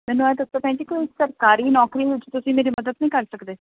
ਮੈਨੂੰ ਇਹ ਦੱਸੋ ਭੈਣ ਜੀ ਕੋਈ ਸਰਕਾਰੀ ਨੌਕਰੀ ਵਿੱਚ ਤੁਸੀਂ ਮੇਰੀ ਮਦਦ ਨਹੀਂ ਕਰ ਸਕਦੇ